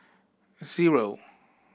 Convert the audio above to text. zero